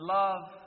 love